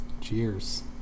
Cheers